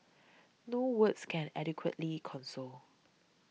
no words can adequately console